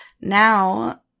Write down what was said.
now